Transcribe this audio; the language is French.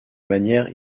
manière